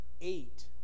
eight